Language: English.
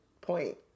point